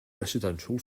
residential